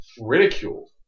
ridiculed